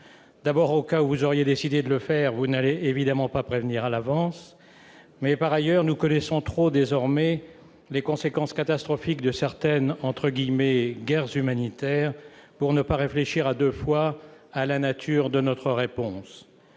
D'abord, au cas où vous auriez décidé de le faire, vous n'allez évidemment pas prévenir. Par ailleurs, nous connaissons trop désormais les conséquences catastrophiques de certaines « guerres humanitaires » pour ne pas réfléchir à deux fois à la nature de notre réponse.